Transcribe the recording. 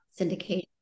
syndication